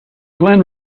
glen